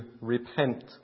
repent